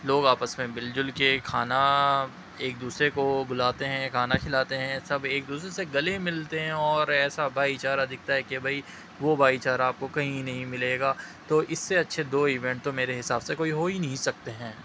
لوگ آپس میں مل جل کے کھانا ایک دوسرے کو بلاتے ہیں کھانا کھلاتے ہیں سب ایک دوسرے سے گلے ملتے ہیں اور ایسا بھائی چارہ دکھتا ہے کہ بھائی وہ بھائی چارہ آپ کو کہیں نہیں ملے گا تو اس سے اچھے دو ایونٹ تو میرے حساب سے کوئی ہو ہی نہیں سکتے ہیں